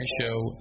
show